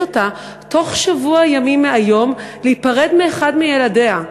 אותה בתוך שבוע ימים מהיום להיפרד מאחד מילדיה.